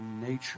nature